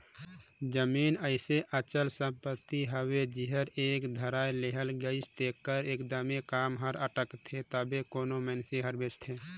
जमीन अइसे अचल संपत्ति हवे जेहर एक धाएर लेहाए गइस तेकर एकदमे काम हर अटकथे तबेच कोनो मइनसे हर बेंचथे